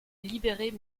libérer